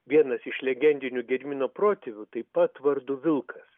vienas iš legendinių gedimino protėvių taip pat vardu vilkas